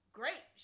great